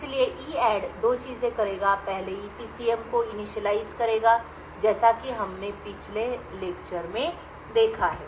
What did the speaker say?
इसलिए EADD 2 चीजें करेगा पहले ईपीसीएम EPCM को इनिशियलाइज़ करेगा जैसा कि हमने पिछले लेक्चर में देखा है